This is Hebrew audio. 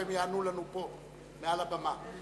והם יענו לנו פה מעל הבמה.